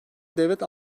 devlet